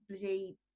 bloody